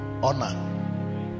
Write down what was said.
honor